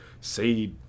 say